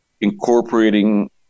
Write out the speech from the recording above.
incorporating